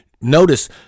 Notice